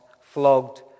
flogged